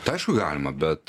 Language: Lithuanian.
tai aišku galima bet